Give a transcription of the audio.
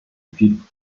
cuivre